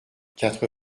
quatre